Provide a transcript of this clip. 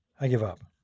i give up.